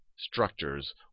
Structures